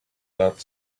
that